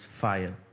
fire